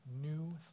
new